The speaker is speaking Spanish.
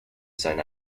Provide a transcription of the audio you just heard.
san